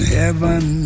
heaven